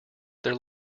their